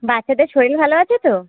বাচ্চাটার শরীর ভালো আছে তো